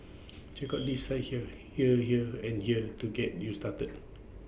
check out these sites here here here and here to get you started